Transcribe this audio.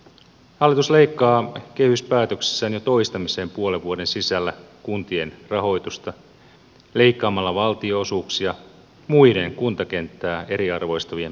hallitus leikkaa kehyspäätöksessään jo toistamiseen puolen vuoden sisällä kuntien rahoitusta leikkaamalla valtionosuuksia muiden kuntakenttää eriarvoistavien päätösten lisäksi